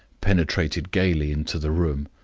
penetrated gayly into the room,